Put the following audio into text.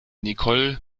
nicole